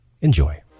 Enjoy